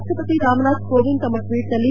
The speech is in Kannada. ರಾಪ್ಟಸತಿ ರಾಮನಾಥ್ ಕೋವಿಂದ್ ತಮ್ಮ ಟ್ವೀಟ್ ನಲ್ಲಿ